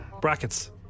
Brackets